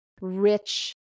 rich